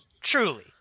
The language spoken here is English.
truly